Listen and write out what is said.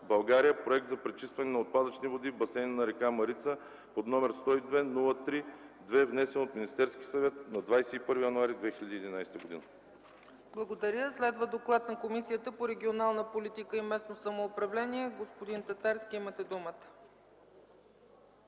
(„България - проект за пречистване на отпадъчни води в басейна на река Марица"), № 102-03-2, внесен от Министерския съвет на 21 януари 2011 г.” ПРЕДСЕДАТЕЛ ЦЕЦКА ЦАЧЕВА: Следва доклад на Комисията по регионална политика и местно самоуправление. Господин Татарски, имате думата.